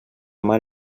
mar